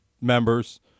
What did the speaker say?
members